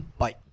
bye